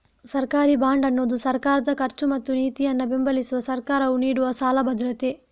ಸರ್ಕಾರಿ ಬಾಂಡ್ ಅನ್ನುದು ಸರ್ಕಾರದ ಖರ್ಚು ಮತ್ತು ನೀತಿಯನ್ನ ಬೆಂಬಲಿಸಲು ಸರ್ಕಾರವು ನೀಡುವ ಸಾಲ ಭದ್ರತೆ